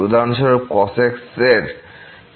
উদাহরণস্বরূপ cos x এর sine series